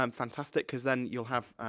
um fantastic, cause then you'll have,